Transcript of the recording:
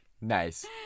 Nice